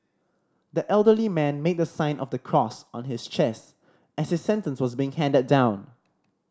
the elderly man made the sign of the cross on his chest as his sentence was being handed down